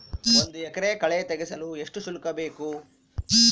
ಒಂದು ಎಕರೆ ಕಳೆ ತೆಗೆಸಲು ಎಷ್ಟು ಶುಲ್ಕ ಬೇಕು?